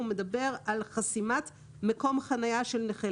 הוא מדבר על חסימת מקום חניה של נכה.